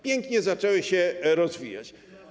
Pięknie zaczęły się rozwijać.